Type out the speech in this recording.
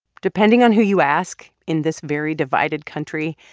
depending on who you ask in this very divided country,